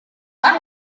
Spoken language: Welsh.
yma